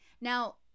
Now